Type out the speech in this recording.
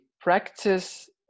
practice